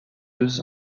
deux